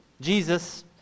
Jesus